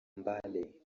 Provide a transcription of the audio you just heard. mbale